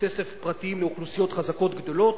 בתי-ספר פרטיים לאוכלוסיות חזקות גדלים,